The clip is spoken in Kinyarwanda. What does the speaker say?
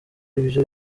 ibyo